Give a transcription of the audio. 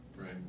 right